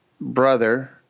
brother